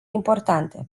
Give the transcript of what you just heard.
importante